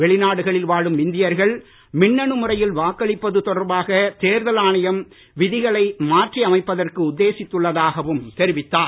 வெளிநாடுகளில் வாழும் இந்தியர்கள் மின்னனு முறையில் வாக்களிப்பது தொடர்பாக தேர்தல் ஆணையம் விதிகளை மாற்றியமைப்பதற்கு உத்தேசித்துள்ளதாகவும் தெரிவித்தார்